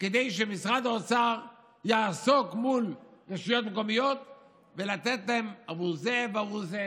כדי שמשרד האוצר יעסוק מול רשויות מקומיות וייתן להן עבור זה ועבור זה.